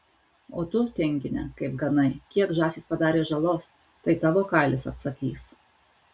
o tu tingine kaip ganai kiek žąsys padarė žalos tai tavo kailis atsakys